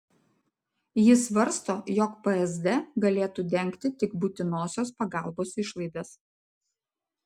ji svarsto jog psd galėtų dengti tik būtinosios pagalbos išlaidas